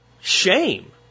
shame